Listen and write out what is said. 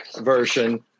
version